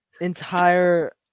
entire